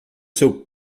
seu